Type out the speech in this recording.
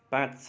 पाँच